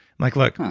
like, look,